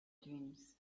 dreams